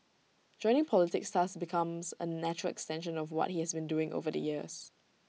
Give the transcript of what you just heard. joining politics thus becomes A natural extension of what he has been doing over the years